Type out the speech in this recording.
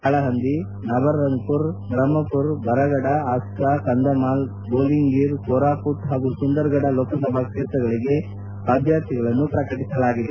ಕಾಲಪಂದಿ ನಬರಂಗ್ಪುರ್ ಬ್ರಹ್ಮರ್ ಬರಗಢ ಅಸ್ತಾ ಕಂಧಮಾಲ್ ದೊಲಂಗೀರ್ ಕೋರಾಮಟ್ ಹಾಗೂ ಸುಂದರ್ಗಢ ಲೋಕಸಭಾ ಕೇತ್ರಗಳಿಗೆ ಅಭ್ಯರ್ಥಿಗಳನ್ನು ಪ್ರಕಟಿಸಲಾಗಿದೆ